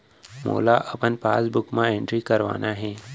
मोला अपन पासबुक म एंट्री करवाना हे?